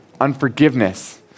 unforgiveness